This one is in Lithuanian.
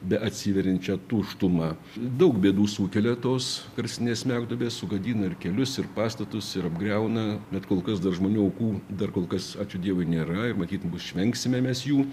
beatsiveriančią tuštumą daug bėdų sukelia tos garsinės smegduobės sugadina ir kelius ir pastatus ir apgriauna bet kol kas dar žmonių aukų dar kol kas ačiū dievui nėra ir matyt bu išvengsime mes jų